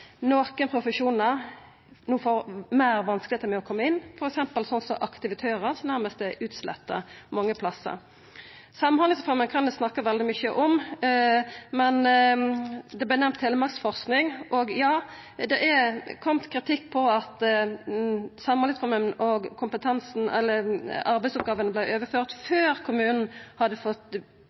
profesjonar no får større vanskar med å koma inn, f.eks. aktivitørar, som nærast er utsletta mange plassar. Samhandlingsreforma kan eg snakka veldig mykje om. Telemarksforsking vart nemnd, og ja, det har kome kritikk mot at